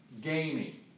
Gaming